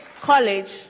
College